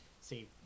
see